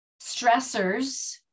stressors